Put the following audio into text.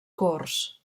corts